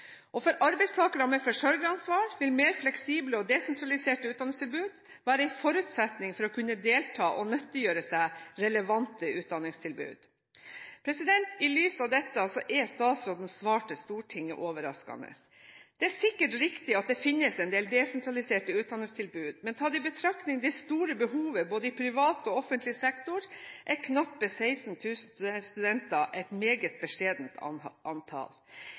For arbeidstakere med forsørgeransvar vil mer fleksible og desentraliserte utdanningstilbud være en forutsetning for å kunne delta i og nyttiggjøre seg relevante utdanningstilbud. I lys av dette er statsrådens svar til Stortinget overraskende. Det er sikkert riktig at det finnes en del desentraliserte utdanningstilbud, men tatt i betraktning det store behovet både i privat og offentlig sektor, er knappe 16 000 studenter et meget beskjedent antall.